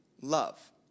love